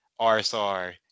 RSR